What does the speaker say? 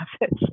office